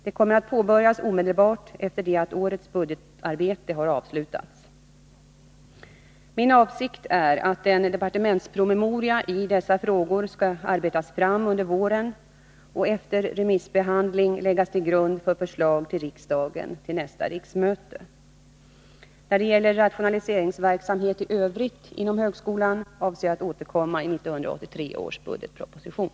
Det kommer att påbörjas omedelbart efter det att årets budgetarbete har avslutats. Min avsikt är att en departementspromemoria i dessa frågor skall arbetas fram under våren och efter remissbehandling läggas till grund för förslag till riksdagen under nästa riksmöte. När det gäller rationaliseringsverksamhet i övrigt inom högskolan avser jag att återkomma i 1983 års budgetproposition.